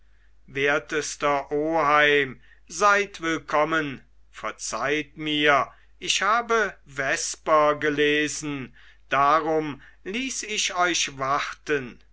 wertester oheim seid willkommen verzeiht mir ich habe vesper gelesen darum ließ ich euch warten